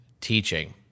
teaching